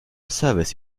service